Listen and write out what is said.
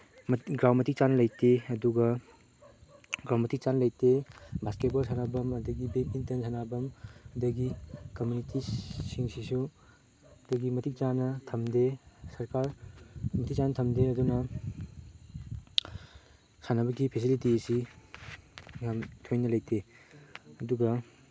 ground ꯃꯇꯤꯛ ꯆꯥꯅ ꯂꯩꯇꯦ ꯑꯗꯨꯒ ꯒ꯭ꯔꯥꯎꯟ ꯃꯇꯤꯛ ꯆꯥꯅ ꯂꯩꯇꯦ ꯕꯥꯁꯀꯦꯠ ꯕꯣꯜ ꯁꯥꯟꯅꯕꯝ ꯑꯗꯒꯤ ꯕꯦꯗꯃꯤꯟꯇꯟ ꯁꯥꯟꯅꯕꯝ ꯑꯗꯒꯤ ꯀꯃꯨꯅꯤꯇꯤꯁꯤꯡꯁꯤꯁꯨ ꯑꯩꯈꯣꯏꯒꯤ ꯃꯇꯤꯛ ꯆꯥꯅ ꯊꯝꯗꯦ ꯁꯔꯀꯥꯔ ꯃꯇꯤꯛ ꯆꯥꯅ ꯊꯝꯗꯦ ꯑꯗꯨꯅ ꯁꯥꯟꯅꯕꯒꯤ ꯐꯦꯁꯤꯂꯤꯇꯤꯁꯤ ꯌꯥꯝ ꯊꯣꯏꯅ ꯂꯩꯇꯦ ꯑꯗꯨꯒ